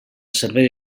servei